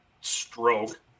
stroke